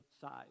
side